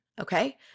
Okay